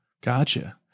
Gotcha